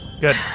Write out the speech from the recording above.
Good